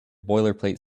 boilerplate